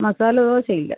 മസാലദോശ ഇല്ല